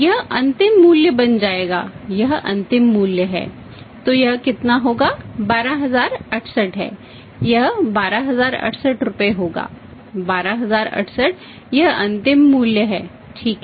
यह अंतिम मूल्य बन जाएगा यह अंतिम मूल्य है तो यह कितना होगा यह 12068 है यह 12068 रुपये होगा 12068 यह अंतिम मूल्य है ठीक है